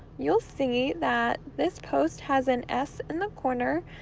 you'll see that this post has an s in the corner,